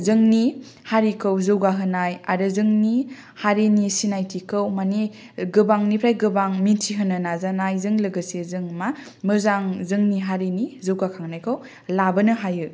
जोंनि हारिखौ जौगा होनाय आरो जोंनि हारिनि सिनायथिखौ मानि गोबांनिफ्राय गोबां मिथि होनो नाजानायजों लोगोसे जों मा मोजां जोंनि हारिनि जौगाखांनायखौ लाबोनो हायो